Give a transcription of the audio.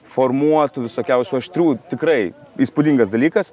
formuotų visokiausių aštrių tikrai įspūdingas dalykas